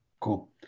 cool